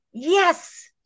yes